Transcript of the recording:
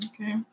Okay